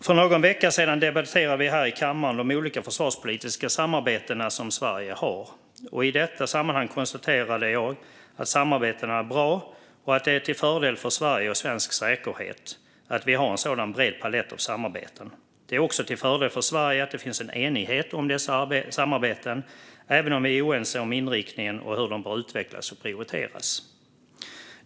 För någon vecka sedan debatterade vi här i kammaren de olika försvarspolitiska samarbeten som Sverige har. I detta sammanhang konstaterade jag att samarbetena är bra och att det är till fördel för Sverige och svensk säkerhet att vi har en sådan bred palett av samarbeten. Det är också till fördel för Sverige att det finns en enighet om dessa samarbeten, även om vi är oense om inriktningen och hur de bör utvecklas och prioriteras.